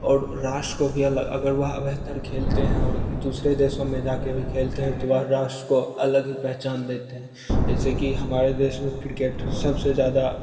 और राष्ट्र को भी अलग अगर वहाँ बेहतर खेलते हैं और दूसरे देशों में जा कर भी खेलते हैं तो वह राष्ट्र को अलग ही पहचान देते हैं जैसे कि हमारे देश में क्रिकेट सबसे ज़्यादा